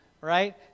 right